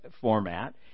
format